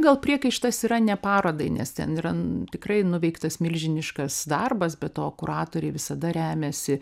gal priekaištas yra ne parodai nes ten yra tikrai nuveiktas milžiniškas darbas be to kuratoriai visada remiasi